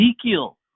Ezekiel